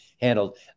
handled